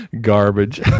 Garbage